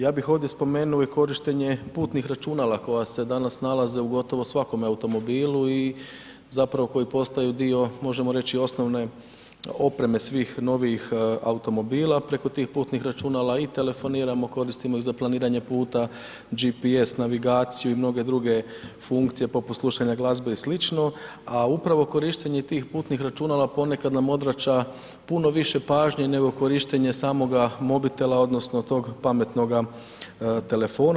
Ja bih ovdje spomenuo i korištenje putnih računala koja se danas nalaze u gotovo svakom automobilu, zapravo koji postaju dio možemo reći i osnovne opreme svih novijih automobila preko tih putnih računala i telefoniramo, koristimo ih za planiranje puta, GPS, navigaciju i mnoge druge funkcije poput slušanja glazbe i slično a upravo korištenje tih putnih računala ponekad nam odvraća puno više pažnje nego korištenja samoga mobitela odnosno tog pametnoga telefona.